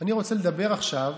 אני רוצה לדבר עכשיו